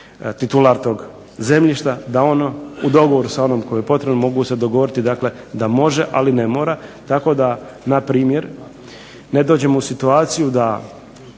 titular tog zemljišta, da ono u dogovoru sa onom kome je potrebno mogu se dogovoriti dakle da može, ali ne mora, tako da npr. ne dođemo u situaciju da